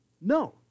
No